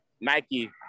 Nike